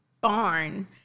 barn